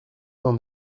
cent